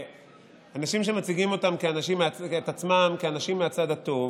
אנשים שמציגים את עצמם כאנשים מהצד הטוב,